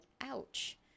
ouch